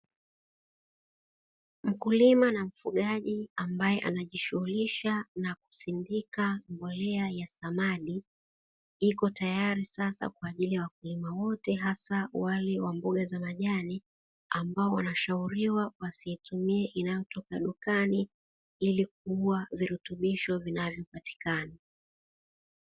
Mkulima na mfugaji, ambaye anajishughulisha na kusindika mbolea ya samadi, iko tayari sasa kwa ajili ya wakulima wote, hasa wale wa mboga za majani, ambao wanashauriwa wasiitumie inayotoka dukani, ili kuua virutubisho vinavyopatikana.